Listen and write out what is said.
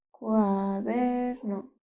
Cuaderno